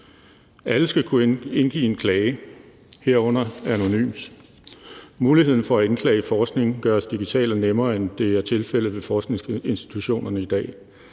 Alle skal kunne indgive en klage, herunder anonymt. Muligheden for at indklage forskning gøres digital og nemmere, end det er tilfældet ved forskningsinstitutionerne i dag.